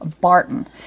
Barton